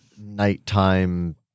nighttime